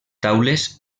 taules